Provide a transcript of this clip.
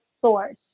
source